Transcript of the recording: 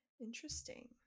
Interesting